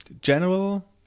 general